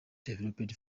developed